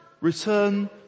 Return